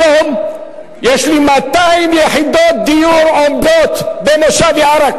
היום יש לי 200 יחידות דיור עומדות במושב יערה,